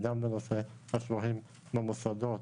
גם בנושא השוהים במוסדות,